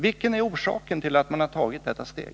Vilken är orsaken till att man har tagit detta steg?